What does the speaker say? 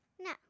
No